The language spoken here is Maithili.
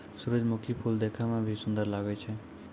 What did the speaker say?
सुरजमुखी फूल देखै मे भी सुन्दर लागै छै